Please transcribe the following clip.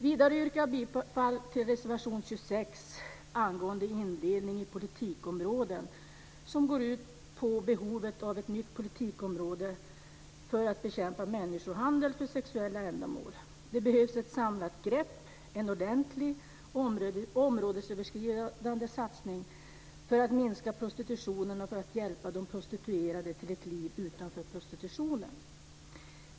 Vidare yrkar jag bifall till reservation 26 angående indelning i politikområden som går ut på behovet av ett nytt politikområde för att bekämpa människohandel för sexuella ändamål. Det behövs ett samlat grepp, en ordentlig områdesöverskridande satsning för att minska prostitutionen och för att hjälpa de prostituerade till ett liv utanför prostitutionen.